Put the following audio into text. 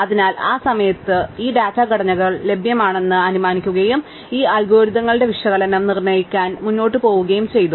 അതിനാൽ ആ സമയത്ത് ഈ ഡാറ്റ ഘടനകൾ ലഭ്യമാണെന്ന് ഞങ്ങൾ അനുമാനിക്കുകയും ഈ അൽഗോരിതങ്ങളുടെ വിശകലനം നിർണ്ണയിക്കാൻ ഞങ്ങൾ മുന്നോട്ട് പോവുകയും ചെയ്തു